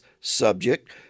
subject